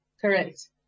Correct